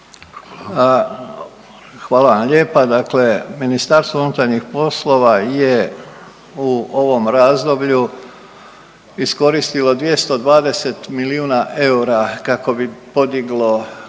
Hvala vam lijepa. Dakle Ministarstvo unutarnjih poslova je u ovom razdoblju iskoristilo 220 milijuna eura kako bi podiglo kapacitete